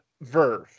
Verve